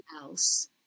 else